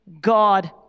God